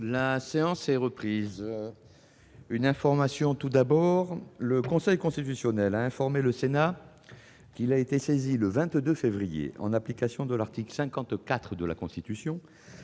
La séance est suspendue. La séance est reprise. Le Conseil constitutionnel a informé le Sénat qu'il a été saisi le 22 février, en application de l'article 54 de la Constitution,